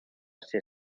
ser